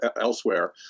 elsewhere